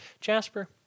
Jasper